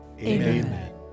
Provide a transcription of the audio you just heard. Amen